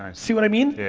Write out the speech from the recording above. see what i mean?